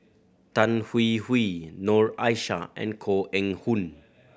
Tan Hwee Hwee Noor Aishah and Koh Eng Hoon